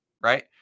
right